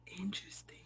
interesting